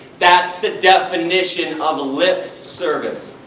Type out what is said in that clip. that's the definition of lip service.